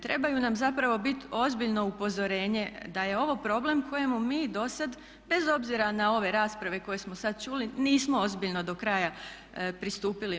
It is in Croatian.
Trebaju nam zapravo biti ozbiljno upozorenje da je ovo problem kojemu mi do sada, bez obzira na ove rasprave koje smo sada čuli nismo ozbiljno do kraja pristupili.